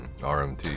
rmt